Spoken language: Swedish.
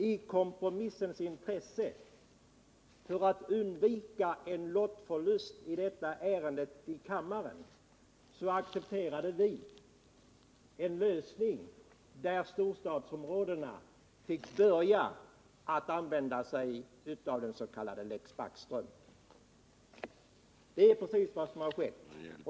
I kompromissens intresse och för att undvika en förlust genom lottning här i kammaren accepterade vi en lösning som innebar att storstadsområdena fick börja att använda sig av den s.k. lex Backström. Detta är vad som har skett.